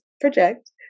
project